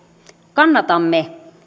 kannatamme